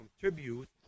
contribute